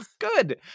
Good